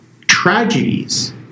tragedies